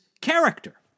character